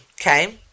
okay